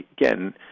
again